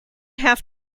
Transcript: have